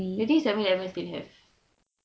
I think seven eleven still have